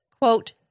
quote